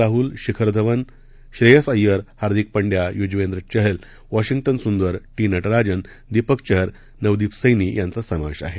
Rahul Shikhar Dhawan Shreyas Iyer Hardik Pandya Yuzvendra Chahal Washington Sundar T Natarajan Deepak Chahar Shardul Thakur Navdeep Saini यांचा समावेश आहे